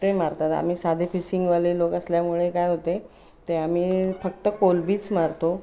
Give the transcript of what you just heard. ते मारतात आम्ही साधे फिशिंगवाले लोक असल्यामुळे काय होते ते आम्ही फक्त कोलंबीच मारतो